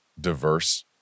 diverse